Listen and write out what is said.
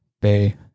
bay